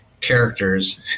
characters